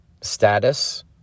status